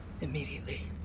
immediately